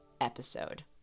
episode